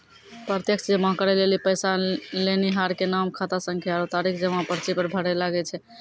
प्रत्यक्ष जमा करै लेली पैसा लेनिहार के नाम, खातासंख्या आरु तारीख जमा पर्ची पर भरै लागै छै